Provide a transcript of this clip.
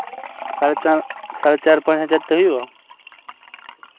ᱥᱟᱲᱮ ᱪᱟᱨ ᱥᱟᱲᱮ ᱪᱟᱨ ᱯᱟᱸᱪ ᱦᱟᱡᱟᱨ ᱛᱮ ᱦᱩᱭᱩᱜᱼᱟ